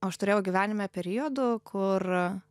aš turėjau gyvenime periodų kur a